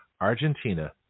Argentina